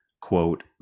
quote